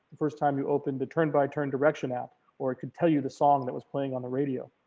the first time you open the turn by turn directions app or it could tell you the song that was playing on the radio.